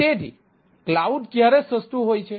તેથી કલાઉડ કયારે સસ્તું હોય છે